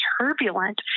turbulent